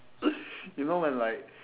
you know when like